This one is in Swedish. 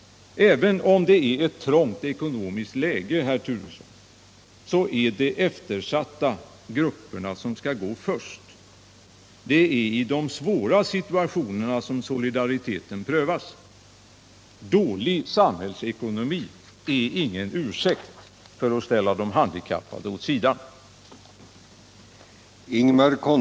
Även om det är ett trångt ekonomiskt läge, herr talman, så är det de eftersatta grupperna som skall gå först. Det är i de svåra situationerna som solidariteten prövas. Dålig samhällsekonomi är ingen ursäkt för att ställa de handikappade åt sidan.